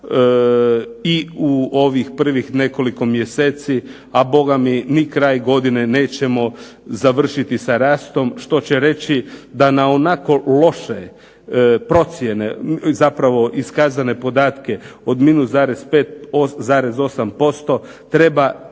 i u ovih prvih nekoliko mjeseci, a Boga mi ni kraj godine nećemo završiti sa rastom što će reći da na onako loše procjene, zapravo iskazane podatke od –5,8% treba pridodati